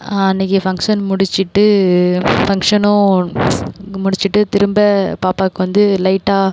அன்னிக்கி ஃபங்ஷன் முடித்திட்டு ஃபங்ஷனும் அங்கே முடித்திட்டு திரும்ப பாப்பாவுக்கு வந்து லைட்டாக